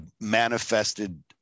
manifested